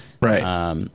Right